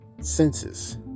Senses